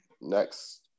Next